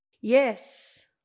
Yes